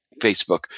Facebook